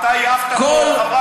את העפת חברת כנסת,